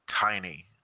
tiny